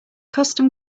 custom